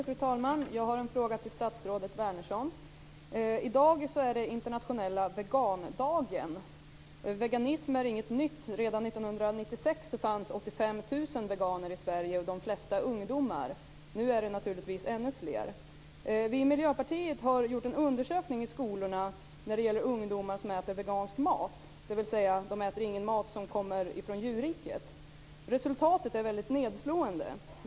Fru talman! Jag har en fråga till statsrådet Wärnersson. Den här dagen är internationella vegandagen. Veganism är inte något nytt. Redan 1996 fanns det 85 000 veganer i Sverige, de flesta ungdomar. Nu är de naturligtvis ännu fler. Vi i Miljöpartiet har gjort en undersökning i skolorna om ungdomar som äter vegansk mat, dvs. mat som inte kommer från djurriket. Resultatet är väldigt nedslående.